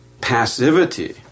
passivity